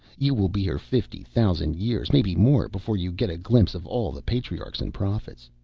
you will be here fifty thousand years maybe more before you get a glimpse of all the patriarchs and prophets.